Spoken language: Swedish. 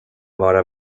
vara